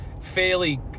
fairly